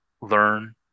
learn